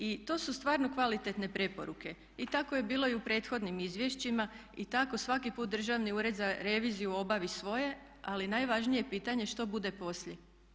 I to su stvarno kvalitetne preporuke i tako je bilo i u prethodnim izvješćima i tako svaki put Državni ured za reviziju obavi svoje, ali najvažnije je pitanje što bude poslije.